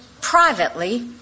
privately